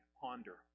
ponder